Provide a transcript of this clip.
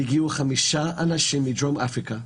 הגיעו חמישה אנשים מדרום אפריקה.